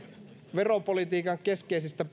veropolitiikan keskeisistä